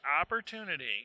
opportunity